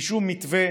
בלי שום מתווה,